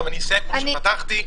אני אסיים כמו שפתחתי,